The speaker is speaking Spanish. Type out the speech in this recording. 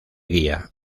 guía